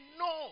no